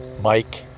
Mike